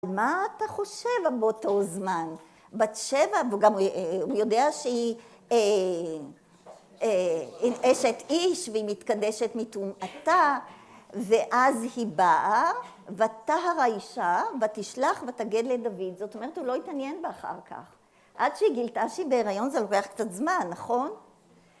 מה אתה חושב באותו זמן? בת שבע, וגם הוא יודע שהיא אשת איש והיא מתקדשת מטומעתה, ואז היא באה, ותהר האישה, ותשלח ותגד לדוד. זאת אומרת, הוא לא התעניין בה אחר כך, עד שהיא גילתה שהיא בהיריון זה לוקח קצת זמן, נכון?